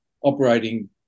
operating